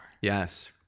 yes